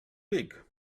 pig